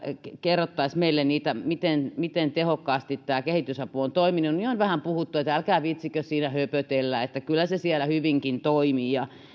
kerrottaisiin meille miten miten tehokkaasti kehitysapu on toiminut niin on vähän puhuttu että älkää viitsikö siinä höpötellä että kyllä se siellä hyvinkin toimii